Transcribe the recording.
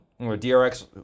DRX